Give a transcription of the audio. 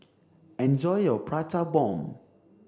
enjoy your Prata Bomb